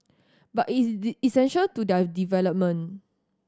but it's did essential do their development